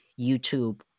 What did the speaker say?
YouTube